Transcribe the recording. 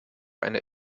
eine